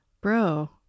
bro